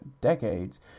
decades